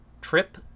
trip